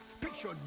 Picture